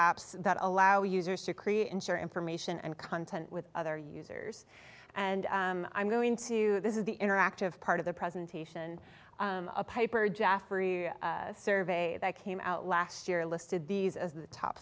apps that allow users to create and share information and content with other users and i'm going to this is the interactive part of the presentation a piper jaffrey survey that came out last year listed these as the top